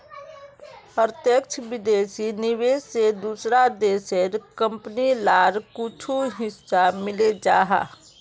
प्रत्यक्ष विदेशी निवेश से दूसरा देशेर कंपनी लार कुछु हिस्सा मिले जाहा